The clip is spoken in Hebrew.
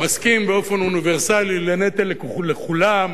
מסכים באופן אוניברסלי לנטל לכולם.